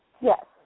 Yes